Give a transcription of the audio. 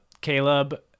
Caleb